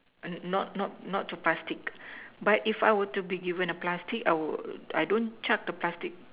err not not not to plastic but if I were to be given a plastic I would I don't chuck the plastic